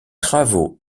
travaux